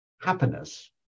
happiness